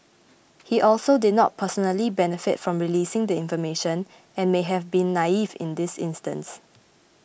he also did not personally benefit from releasing the information and may have been naive in this instance